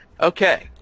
Okay